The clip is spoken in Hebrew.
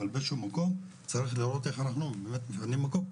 אבל באיזה שהוא מקום צריך לראות איך אנחנו מפנים מקום.